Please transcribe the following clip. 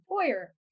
employer